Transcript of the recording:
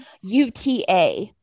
uta